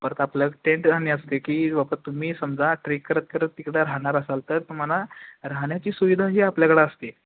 परत आपलं टेंट आणि असते की बाबत तुम्ही समजा ट्रेक करत करत तिकडं राहणार असाल तर तुम्हाला राहण्याची सुविधाही आपल्याकडं असते